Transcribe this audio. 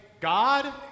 God